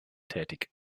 tätig